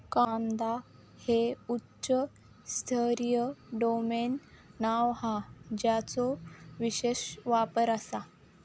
कांदा हे उच्च स्तरीय डोमेन नाव हा ज्याचो विशेष वापर आसा